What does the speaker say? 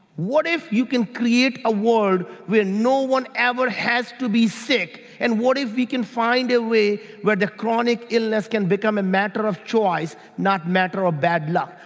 what if you can create a world where no one ever has to be sick and what if we can find a way where the chronic illness can become a matter of choice not matter of bad luck.